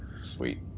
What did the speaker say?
Sweet